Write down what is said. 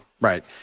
right